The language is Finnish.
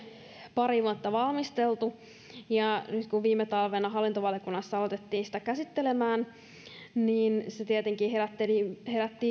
pari vuotta valmisteltu ja nyt kun viime talvena hallintovaliokunnassa aloitettiin sen käsittely niin se tietenkin herätti